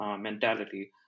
mentality